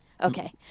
Okay